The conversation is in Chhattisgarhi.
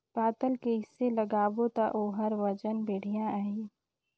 पातल कइसे लगाबो ता ओहार वजन बेडिया आही?